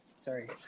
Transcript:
Sorry